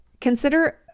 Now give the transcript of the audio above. Consider